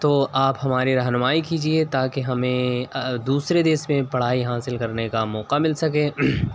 تو آپ ہماری رہنمائی کیجیے تاکہ ہمیں دوسرے دیش میں پڑھائی حاصل کرنے کا موقع مل سکے